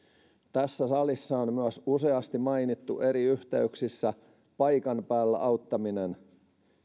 tässä salissa on myös useasti mainittu eri yhteyksissä paikan päällä auttaminen